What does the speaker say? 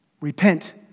Repent